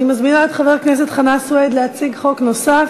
אני מזמינה את חבר הכנסת חנא סוייד להציג חוק נוסף: